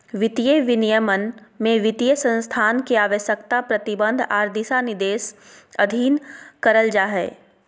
वित्तीय विनियमन में वित्तीय संस्थान के आवश्यकता, प्रतिबंध आर दिशानिर्देश अधीन करल जा हय